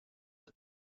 the